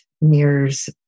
mirrors